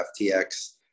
FTX